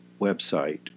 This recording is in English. website